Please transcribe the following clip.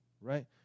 right